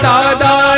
Dada